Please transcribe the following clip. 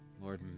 Lord